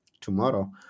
tomorrow